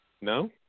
No